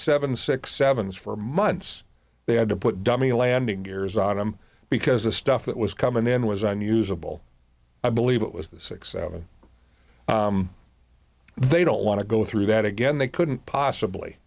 seven six seven as for months they had to put dummy landing gears on them because the stuff that was coming in was unusable i believe it was six seven they don't want to go through that again they couldn't possibly